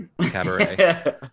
Cabaret